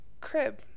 crib